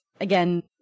again